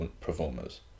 performers